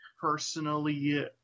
personally